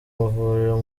mavuriro